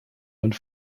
und